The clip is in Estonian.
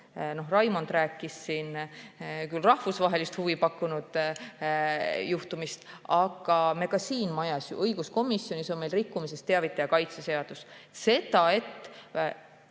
Raimond rääkis siin küll rahvusvahelist huvi pakkunud juhtumist, aga ka siin majas, õiguskomisjonis, on meil rikkumisest teavitaja kaitse seadus. Seda, et